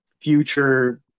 future